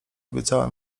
obiecała